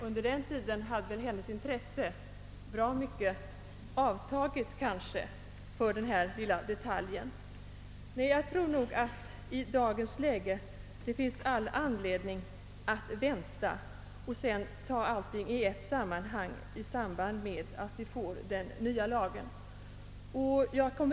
Under den tiden hade nog hennes intresse för den här lilla saken minskat avsevärt. Jag tror alltså att det i dagens läge finns all anledning att vänta med denna avgiftshöjning och ta upp alla sådana här frågor i samband med förslaget om en ny lagstiftning. Herr talman!